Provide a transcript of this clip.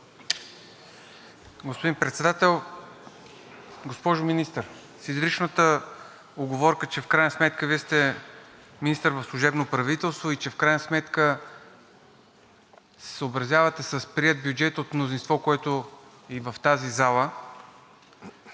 Господин Председател, госпожо Министър, с изричната уговорка, че в крайна сметка Вие сте министър в служебно правителство и че в крайна сметка се съобразявате с приет бюджет от мнозинство, което е и в тази зала,